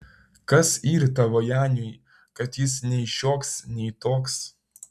kas yr tavo janiui kad jis nei šioks nei toks